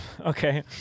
okay